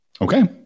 Okay